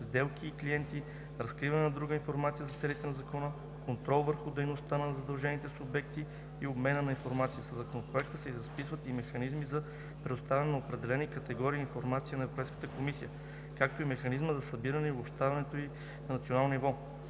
сделки и клиенти, разкриване на друга информация за целите на Закона, контрол върху дейността на задължените субекти и обмена на информация. Със Законопроекта се разписват и механизми за предоставяне на определени категории информация на Европейската комисия, както и механизми за събирането и обобщаването ѝ на национално ниво.